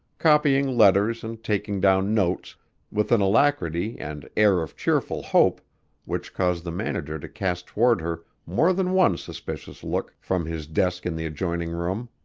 copying letters and taking down notes with an alacrity and air of cheerful hope which caused the manager to cast toward her more than one suspicious look from his desk in the adjoining room.